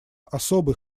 особый